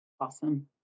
Awesome